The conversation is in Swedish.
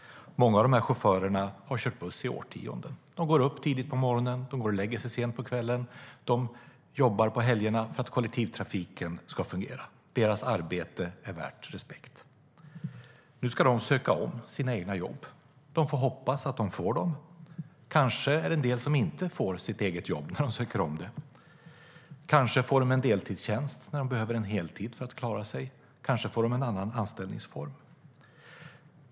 Många av chaufförerna har kört buss i årtionden. De går upp tidigt på morgonen. De går och lägger sig sent på kvällen. De jobbar på helgerna för att kollektivtrafiken ska fungera. Deras arbete är värt respekt. Nu ska de söka om sina egna jobb. De får hoppas att de får dem. Kanske är det en del som inte får sitt eget jobb när de söker om det. Kanske får de en deltidstjänst när de behöver en heltid för att klara sig. Kanske får de en annan anställningsform.